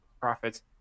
profits